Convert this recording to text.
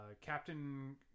captain